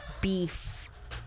beef